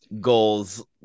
goals